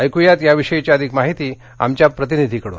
ऐकुयात या विषयीची अधिक माहिती आमच्या प्रतिनिधीकडून